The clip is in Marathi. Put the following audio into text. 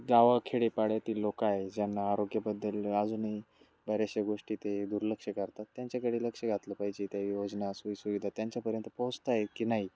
गावाखेडेपाड्यातील लोक आहे ज्यांना आरोग्याबद्दल अजूनही बऱ्याचशा गोष्टी ते दुर्लक्ष करतात त्यांच्याकडे लक्ष घातलं पाहिजे त्या योजना सोयीसुविधा त्यांच्यापर्यंत पोहोचत आहे की नाही